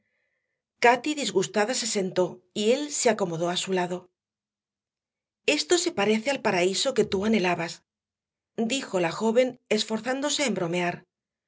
cati disgustada se sentó y él se acomodó a su lado esto se parece al paraíso que tú anhelabas dijo la joven esforzándose en bromear